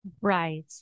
Right